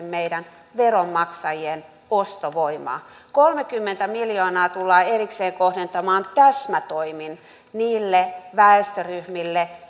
meidän veronmaksajien ostovoimaa kolmekymmentä miljoonaa tullaan erikseen kohdentamaan täsmätoimin niille väestöryhmille